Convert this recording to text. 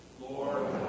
Lord